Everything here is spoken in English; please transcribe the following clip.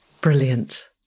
brilliant